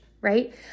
right